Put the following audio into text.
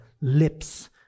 lips